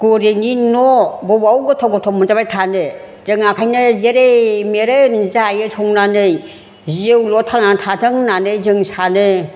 गोरिबनि न' बबाव गोथाव गोथाव मोनजाबाय थानो जों ओंखायनो जेरै मेरै जायो संनानै जिउल' थांनानै थाथों होननानै जों सानो